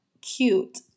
Cute